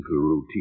routine